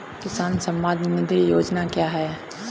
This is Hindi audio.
किसान सम्मान निधि योजना क्या है?